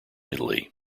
italy